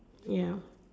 ya